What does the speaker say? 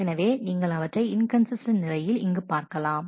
எனவே நீங்கள் அவற்றை இன்கன்சிஸ்டன்ட் நிலையில் இங்கு பார்க்கலாம்